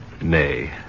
Nay